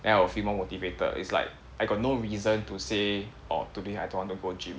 then I'll feel more motivated is like I got no reason to say orh today I don't want to go gym